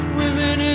women